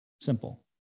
simple